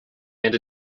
and